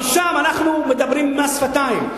אבל שם אנחנו משלמים מס שפתיים.